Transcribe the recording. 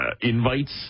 invites